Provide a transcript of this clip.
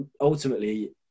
ultimately